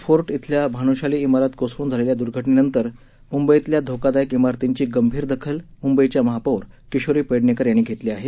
fort इथली भान्शाली इमारत कोसळून झालेल्या द्र्घटनेनंतर मंबईतल्या धोकादायक इमारतींची गंभीर दखल मुंबईच्या महापौर किशोरी पेडणेकर यांनी घेतली आहे